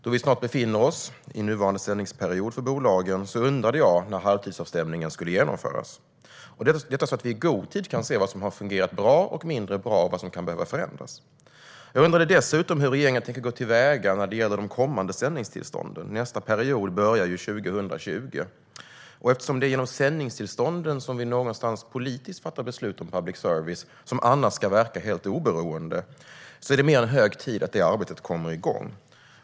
Då vi snart befinner oss mitt i nuvarande sändningsperiod för bolagen undrade jag när halvtidsavstämningen skulle genomföras, så att vi i god tid kan se vad som har fungerat bra eller mindre bra och vad som kan behöva förändras. Jag undrade dessutom hur regeringen tänker gå till väga när det gäller de kommande sändningstillstånden. Nästa tillståndsperiod börjar år 2020. Eftersom det är genom sändningstillstånden vi politiskt fattar beslut om public service, som annars ska verka helt oberoende, är det mer än hög tid att det arbetet kommer igång.